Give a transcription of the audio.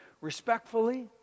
respectfully